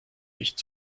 nicht